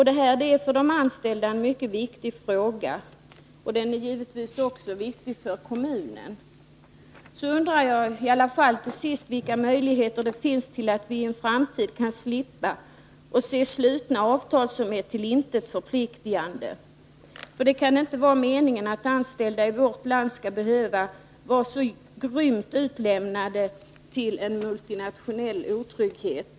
Detta är för de anställda en mycket viktig fråga. Den är givetvis också viktig för kommunen. Till sist undrar jag vilka möjligheter det finns att i en framtid slippa se slutna avtal som är till intet förpliktande. Det kan inte vara meningen att anställda i vårt land skall behöva vara så grymt utlämnade till en multinationell otrygghet.